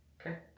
Okay